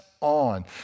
on